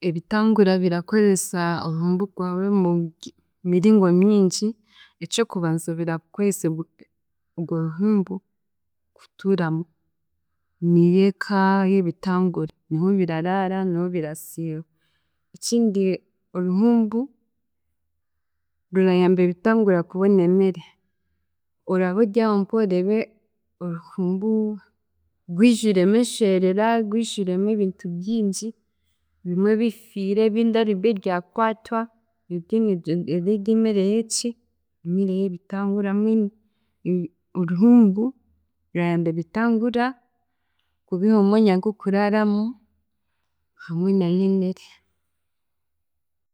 Ebitangura birakoresa oruhumbu rwabyo mu ryi- miringo mingi, eky'okubanza birakozesa orwo ruhumbu kutuuramu, niyo ka y'ebitangura, niho biraraara niho birasiiba. Ekindi oruhumbu rurayaba ebitangura kubona emere, oraba oryaho mpaho oreebe oruhumbu gwijwiremu enshera, gwijwiremu ebintu bingi, bimwe bifiire ebindi aribwe ryakwatwa birye emere y'eki, emere y'ebitangura mbwenu ebi- oruhumbu rurayamba ebitangura, kubiha omwanya gw'okuraaramu hamwe na n'emere.